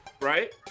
right